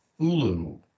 Hulu